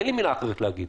אין לי מילה אחרת להגיד.